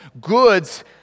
goods